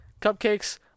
Cupcakes